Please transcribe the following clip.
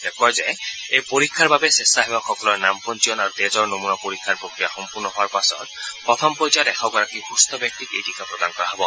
তেওঁ কয় যে এই পৰীক্ষণৰ বাবে স্বেচ্ছাসেৱক সকলৰ নাম পঞ্জীয়ন আৰু তেজৰ নমুনা পৰীক্ষা প্ৰক্ৰিয়া সম্পূৰ্ণ হোৱাৰ পাছত প্ৰথম পৰ্যয়ত এশগৰাকী সুস্থ ব্যক্তিক এই টীকা প্ৰদান কৰা হ'ব